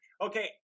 okay